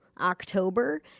October